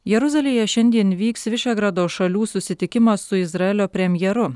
jeruzalėje šiandien vyks vyšegrado šalių susitikimas su izraelio premjeru